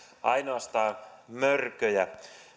ainoastaan mörköjä